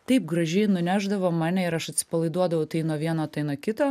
taip gražiai nunešdavo mane ir aš atsipalaiduodavau tai nuo vieno tai nuo kito